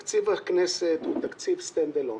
תקציב הכנסת הוא תקציב stand alone,